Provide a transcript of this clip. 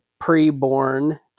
pre-born